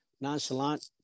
Nonchalant